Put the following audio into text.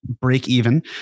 break-even